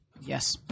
Yes